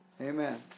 Amen